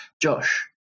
josh